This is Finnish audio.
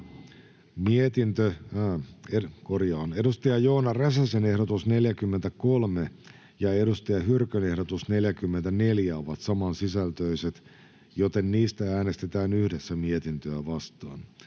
Content: Joona Räsäsen ehdotus 43 ja Saara Hyrkön ehdotus 44 ovat samansisältöiset, joten niistä äänestetään yhdessä mietintöä vastaan.